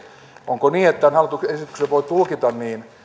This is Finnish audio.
onko niin että tämän hallituksen esityksen voi tulkita niin